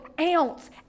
ounce